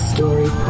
Story